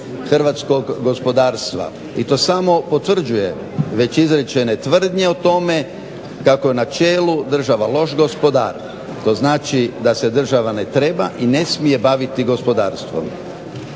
hrvatskog gospodarstva. I to samo potvrđuje već izrečene tvrdnje o tome kako na čelu država loš gospodar. To znači da se država ne treba i ne smije baviti gospodarstvom.